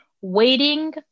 waiting